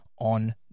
on